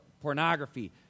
pornography